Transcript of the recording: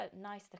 nice